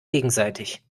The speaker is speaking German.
gegenseitig